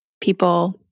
people